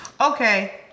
Okay